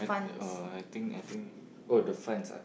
I I think I think oh the funds ah